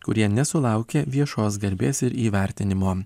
kurie nesulaukė viešos garbės ir įvertinimo